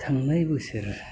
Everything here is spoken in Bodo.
थांनाय बोसोर